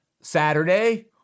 Saturday